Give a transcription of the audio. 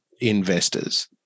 investors